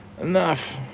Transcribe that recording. enough